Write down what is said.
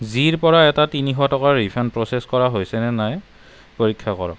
zero পৰা এটা তিনিশ টকাৰ ৰিফাণ্ড প্ৰচেছ কৰা হৈছেনে নাই পৰীক্ষা কৰক